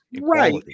Right